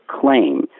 claim